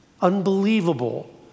unbelievable